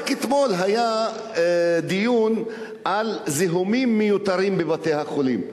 רק אתמול היה דיון על זיהומים מיותרים בבתי-החולים.